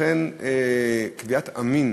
לכן קביעת המין